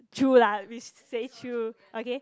Chu lah we say Chu okay